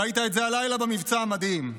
ראית את זה הלילה במבצע המדהים.